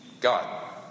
God